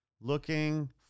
looking